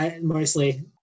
mostly